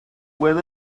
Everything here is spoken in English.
when